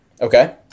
Okay